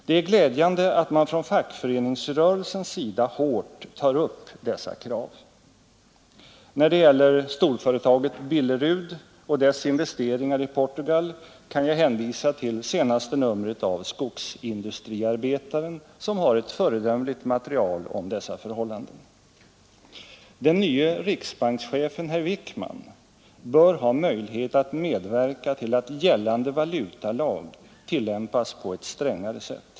Det är glädjande att man från fackföreningsrörelsens sida hårt tar upp dessa krav. När det gäller storföretaget Billerud och dess investeringar i Portugal kan jag hänvisa till senaste numret av Skogsindustriarbetaren, som har ett föredömligt material om dessa förhållanden. Den nye riksbankschefen herr Wickman bör ha möjlighet att medverka till att gällande valutalag tillämpas på ett strängare sätt.